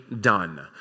done